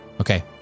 Okay